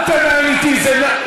מי ברשימה?